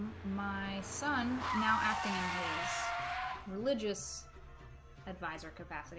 my son now acting in his religious advisor capacity